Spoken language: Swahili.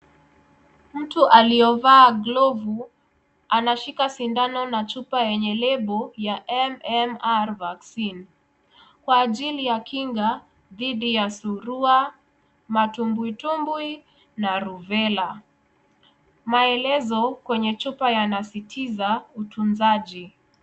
Mtu aliovaa glovu, anashika sindano na chupa yenye label ya MMR vaccine . Kwa ajili ya kinga, dhidi ya surua, matumbwitumbwi , na Rubella . Maelezo kwenye chupa ya yanasitiza utunzaji.